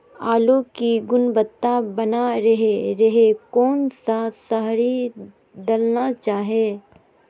आलू की गुनबता बना रहे रहे कौन सा शहरी दलना चाये?